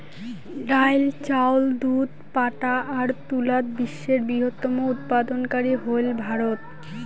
ডাইল, চাউল, দুধ, পাটা আর তুলাত বিশ্বের বৃহত্তম উৎপাদনকারী হইল ভারত